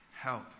help